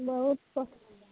बहुत